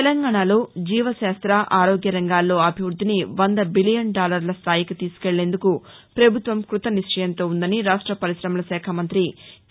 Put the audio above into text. తెలంగాణలో జీవశాస్త ఆరోగ్య రంగాల్లో అభివృద్దిని వంద బిలియన్ డాలర్ల స్థాయికి తీసుకెల్లేందుకు ప్రభుత్వం కృత నిశ్చయంతో ఉందని రాష్ట పరిశమల శాఖ మంత్రి కె